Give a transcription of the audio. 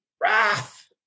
wrath